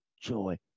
joy